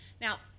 Now